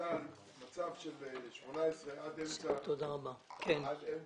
שההחלטה על 2018 עד אמצע 2019